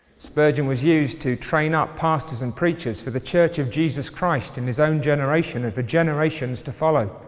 spurgeon was used to train up pastors and preachers for the church of jesus christ in his own generation, and for generations to follow.